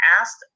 asked